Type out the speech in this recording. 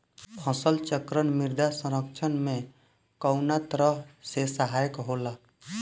फसल चक्रण मृदा संरक्षण में कउना तरह से सहायक होला?